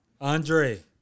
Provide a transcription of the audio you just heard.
Andre